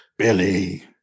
Billy